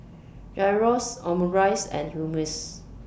Gyros Omurice and Hummus